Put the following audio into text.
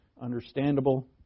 understandable